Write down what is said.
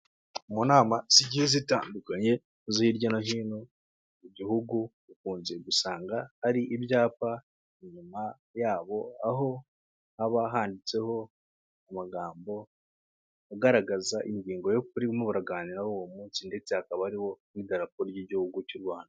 Mu nama zigiye zitandukanye zo hirya no hino mu gihugu, ukunze gusanga hari ibyapa inyuma yabo aho haba handitseho amagambo agaragaza ingingo yo kuribuganiraraho uwo munsi, ndetse hakaba hariho n'idarapo ry'igihugu cy'u Rwanda.